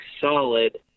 solid